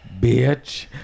Bitch